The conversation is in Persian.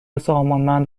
سامانمند